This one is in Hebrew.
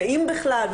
ואם בכלל,